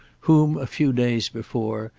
whom, a few days before,